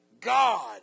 God